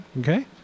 Okay